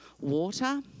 water